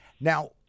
now